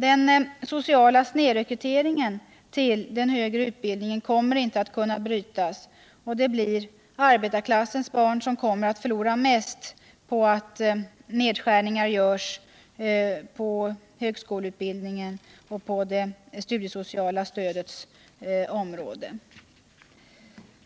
Den sociala snedrekryteringen till högre utbildning kommer inte att kunna brytas, och det blir arbetarklassens barn som kommer att förlora mest på att nedskärningar görs på högskoleutbildningens och det studiesociala stödets område.